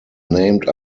named